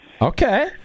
Okay